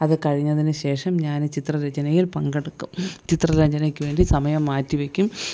അത് കഴിഞ്ഞതിന് ശേഷം ഞാൻ ചിത്രരചനയിൽ പങ്കെടുക്കും ചിത്രരചനയ്ക്ക് വേണ്ടി സമയം മാറ്റിവയ്ക്കും